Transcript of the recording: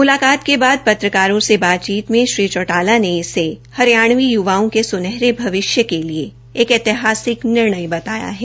मुलकात के बाद पत्रकारों से बातचीत मे श्री चौटाला ने इसे हरियाणवी यूवाओं के सुनहरे भविष्य के लिए एक ऐतिहासिक निर्णय बताया है